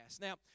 Now